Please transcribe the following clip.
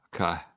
Okay